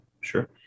Sure